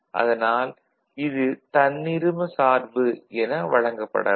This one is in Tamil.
அதனால் இது தன்னிரும சார்பு என வழங்கப்படலாம்